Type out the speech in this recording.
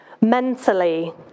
mentally